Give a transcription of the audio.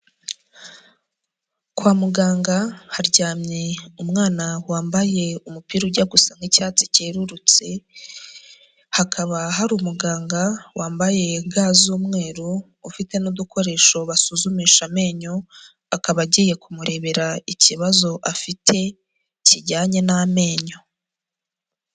Kwa muganga haryamye umwana wambaye umupira ujya gusa nk'icyatsi cyerurutse, hakaba hari umuganga wambaye ga z'umweru, ufite n'udukoresho basuzumisha amenyo, akaba agiye kumurebera ikibazo afite, kijyanye n'amenyo.